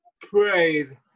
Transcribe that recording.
prayed